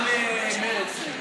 גם מרצ נגד.